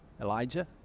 Elijah